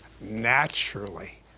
naturally